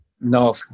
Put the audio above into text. No